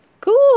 Cool